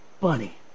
Bunny